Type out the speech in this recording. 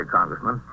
Congressman